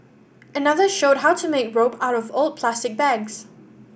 another showed how to make rope out of old plastic bags